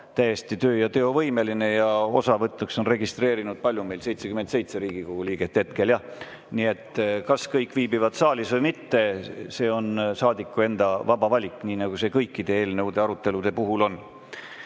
täiesti töö- ja teovõimeline ja osavõtuks on end registreerinud hetkel 77 Riigikogu liiget. Kas kõik viibivad saalis või mitte – see on saadiku enda vaba valik, nii nagu see kõikide eelnõude arutelude puhul